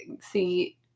see